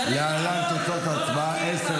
זה להצבעה.